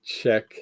check